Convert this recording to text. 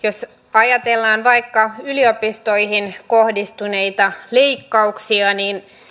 ajatellaan vaikka yliopistoihin kohdistuneita leikkauksia niin